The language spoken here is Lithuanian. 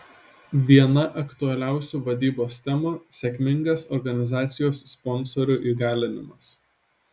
viena aktualiausių vadybos temų sėkmingas organizacijos sponsorių įgalinimas